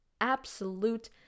absolute